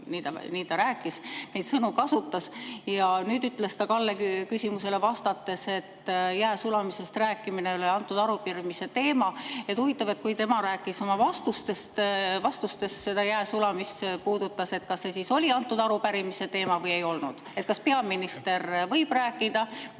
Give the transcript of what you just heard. nii ta rääkis, neid sõnu kasutas. Ja nüüd ütles ta Kalle küsimusele vastates, et jää sulamisest rääkimine ei ole antud arupärimise teema. Huvitav, et kui tema puudutas oma vastuses jää sulamist, kas see siis oli antud arupärimise teema või ei olnud. Kas peaminister võib rääkida